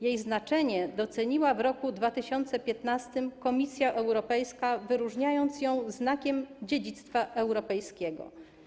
Jej znaczenie doceniła w roku 2015 Komisja Europejska, wyróżniając ją znakiem dziedzictwa europejskiego.